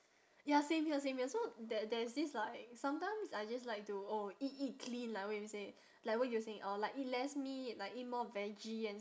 ya same here same here so there there's this like sometimes I just like to oh eat eat clean like what you said like what you're saying or like eat less meat like eat more veggie and